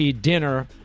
dinner